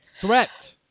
Threat